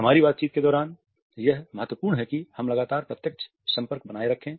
हमारी बातचीत के दौरान यह महत्वपूर्ण है कि हम लगातार प्रत्यक्ष संपर्क बनाए रखें